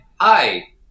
hi